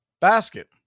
Basket